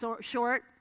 short